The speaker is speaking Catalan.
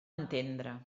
entendre